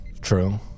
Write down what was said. true